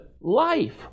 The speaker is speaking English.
life